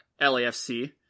LAFC